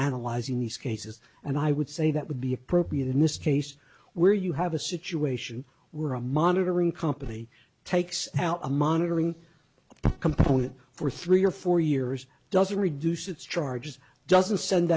analyzing these cases and i would say that would be appropriate in this case where you have a situation where a monitoring company takes out a monitoring component for three or four years doesn't reduce its charges doesn't send